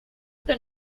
that